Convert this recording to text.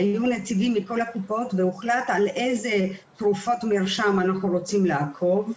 היו נציגים מכל הקופות והוחלט על איזה תרופות מרשם אנחנו רוצים לעקוב,